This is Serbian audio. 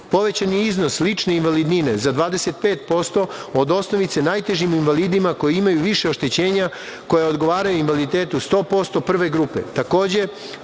je iznos lične invalidnine za 25% od osnovice najtežim invalidima koji imaju više oštećenja koja odgovaraju invaliditetu 100% prve grupe.